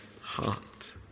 heart